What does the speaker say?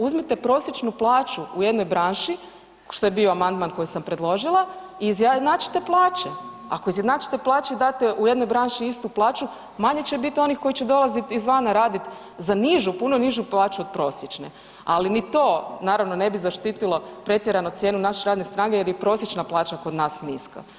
Uzmite prosječnu plaću u jednoj branši, što je bio amandman koji sam predložila i izjednačite plaće, ako izjednačite plaće i date u jednoj branši istu plaću manje će biti onih koji će dolaziti izvana radit za nižu, puno nižu plaću od prosječne, ali ni to naravno ne bi zaštitilo pretjerano cijenu naše radne snage jer je prosječna plaća kod nas niska.